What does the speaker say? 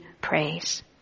praise